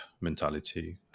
mentality